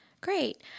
Great